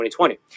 2020